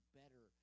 better